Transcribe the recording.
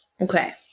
Okay